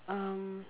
uh